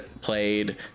played